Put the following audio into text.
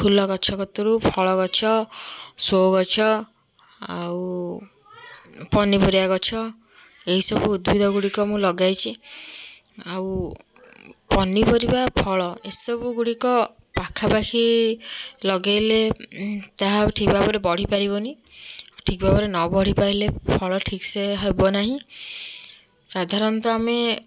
ଫୁଲ ଗଛ କତୁରୁ ଫଳ ଗଛ ଶୋ ଗଛ ଆଉ ପନିପରିବା ଗଛ ଏହି ସବୁ ଉଦ୍ଭିଦ ଗୁଡିକ ମୁଁ ଲଗାଇଛି ଆଉ ପନିପରିବା ଫଳ ଏସବୁ ଗୁଡ଼ିକ ପାଖା ପାଖି ଲଗେଇଲେ ତାହା ଠିକ୍ ଭାବରେ ବଢ଼ି ପାରିବନି ଠିକ୍ ଭାବରେ ନ ବଢ଼ି ପାରିଲେ ଫଳ ଠିକ୍ସେ ହେବ ନାହିଁ ସାଧାରଣତଃ ଆମେ